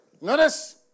Notice